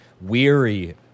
weary